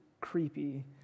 creepy